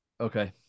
Okay